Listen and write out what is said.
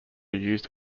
used